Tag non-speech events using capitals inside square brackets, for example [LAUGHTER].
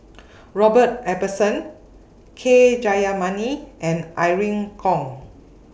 [NOISE] Robert Ibbetson K Jayamani and Irene Khong